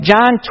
John